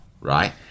right